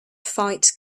fight